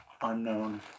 Unknown